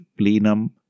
plenum